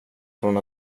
från